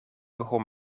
begon